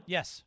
Yes